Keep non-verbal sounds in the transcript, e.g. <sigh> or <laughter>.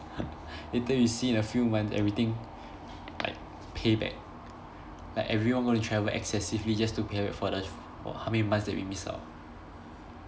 <laughs> later you see in a few months everything like payback like everyone gonna travel excessively just to payback for the for how many months that we miss out